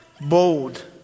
Bold